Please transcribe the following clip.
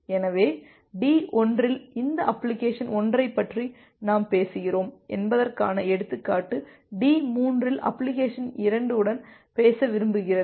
எனவே D1 இல் அந்த அப்ளிகேஷன் 1 ஐப் பற்றி நாம் பேசுகிறோம் என்பதற்கான எடுத்துக்காட்டு D3 இல் அப்ளிகேஷன் 2 உடன் பேச விரும்புகிறது